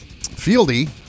Fieldy